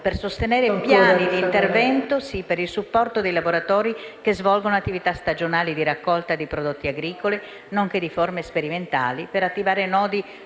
per sostenere dei piani di intervento per il supporto dei lavoratori che svolgono attività stagionali di raccolta di prodotti agricoli, nonché forme sperimentali per attivare nodi